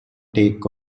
take